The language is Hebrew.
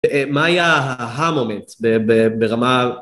מה היה ה-moment ברמה...